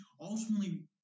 Ultimately